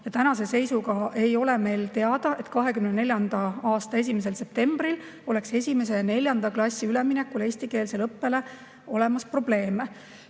Tänase seisuga ei ole meile teada, et 2024. aasta 1. septembril oleks esimese ja neljanda klassi üleminekul eestikeelsele õppele probleeme.